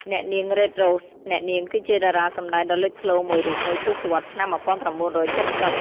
អ្នកនាង រ៉េត រ៉ូស អ្នកនាងគឺជាតារាសម្តែងដ៏លេចធ្លោមួយរូបនៅទសវត្សរ៍ឆ្នាំ ១៩៧០។